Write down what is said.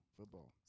Football